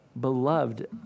beloved